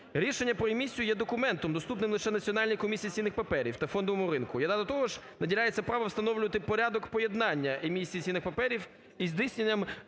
рішення про емісію є документом, доступним лише Національній комісії з цінних паперів та фондового ринку. І до того ж наділяється правом встановлювати порядок поєднання емісії цінних паперів із здійсненням